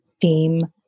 theme